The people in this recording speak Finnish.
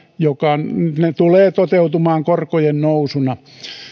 joka tulee toteutumaan korkojen nousuna